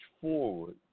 forward